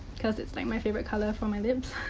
because it's like my favorite color for my lips.